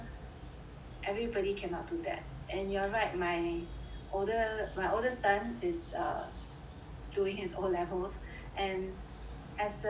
everybody cannot do that and you are right my older my older son is err doing his O_levels and as a